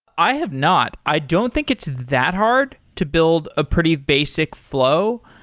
i have not. i don't think it's that hard to build a pretty basic flow.